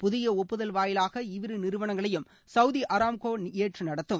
புதிய ஒப்புதல் வாயிலாக இவ்விரு நிறுவனங்களையும் சவுதி அராம்கோ ஏற்று நடத்தும்